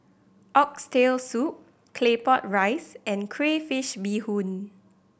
Oxtail Soup Claypot Rice and crayfish beehoon